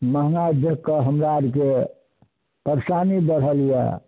महँगाइ देख कऽ हमरा आरके परेशानी बढ़ल यऽ